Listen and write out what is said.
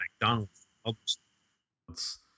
McDonald's